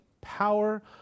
power